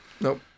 Nope